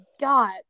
got